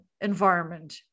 environment